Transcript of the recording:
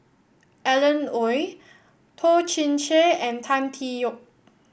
Alan Oei Toh Chin Chye and Tan Tee Yoke